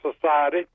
Society